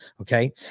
Okay